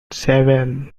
seven